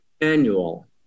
manual